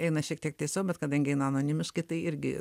eina šiek tiek tiesiau bet kadangi eina anonimiškai tai irgi